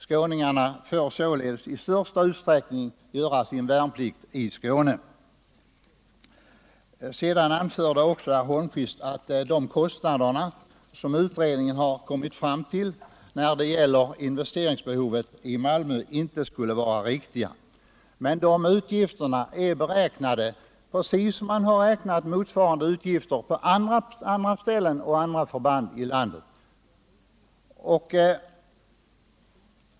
Skåningarna får således i de flesta fall göra sin värnplikt i Skåne. Vidare anförde herr Holmqvist att de kostnader som utredningen har kommit fram till när det gäller investeringsbehovet i Malmö inte skulle vara riktiga. Men dessa utgifter är beräknade på precis samma sätt som man har kalkylerat motsvarande utgifter på andra ställen och förband i landet.